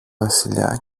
βασιλιά